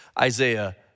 Isaiah